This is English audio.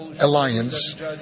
alliance